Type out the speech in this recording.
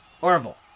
Orville